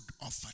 offer